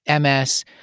MS